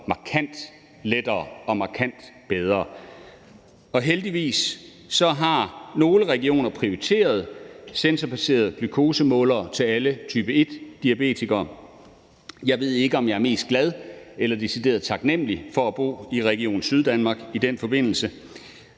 markant lettere og markant bedre. Heldigvis har nogle regioner prioriteret sensorbaserede glukosemålere til alle type 1-diabetikere. Jeg ved ikke, om jeg er mest glad eller decideret taknemlig for at bo i Region Syddanmark i den forbindelse.